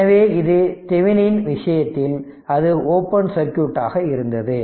எனவே இது தெவெனினின் விஷயத்தில் அது ஓபன் சர்க்யூட் ஆக இருந்தது